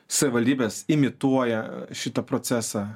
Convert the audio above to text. savivaldybės imituoja šitą procesą